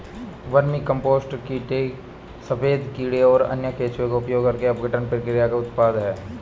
vermicompost कीड़े सफेद कीड़े और अन्य केंचुए का उपयोग करके अपघटन प्रक्रिया का उत्पाद है